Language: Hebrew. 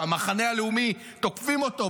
שהמחנה הלאומי תוקפים אותו.